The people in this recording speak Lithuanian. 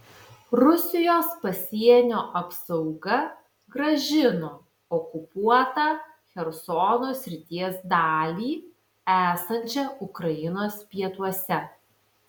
rusijos pasienio apsauga grąžino okupuotą chersono srities dalį esančią ukrainos pietuose